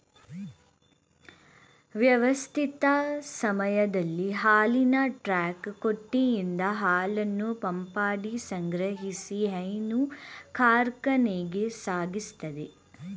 ವ್ಯವಸ್ಥಿತ ಸಮಯದಲ್ಲಿ ಹಾಲಿನ ಟ್ರಕ್ ತೊಟ್ಟಿಯಿಂದ ಹಾಲನ್ನು ಪಂಪ್ಮಾಡಿ ಸಂಗ್ರಹಿಸಿ ಹೈನು ಕಾರ್ಖಾನೆಗೆ ಸಾಗಿಸ್ತದೆ